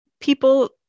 people